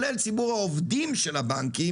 הבנקים